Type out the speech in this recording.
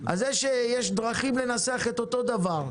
אז יש דרכים לנסח את אותו דבר.